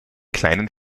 kleinen